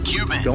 Cuban